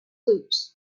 loot